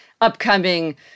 upcoming